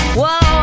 whoa